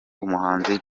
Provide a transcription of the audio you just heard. umuhanzi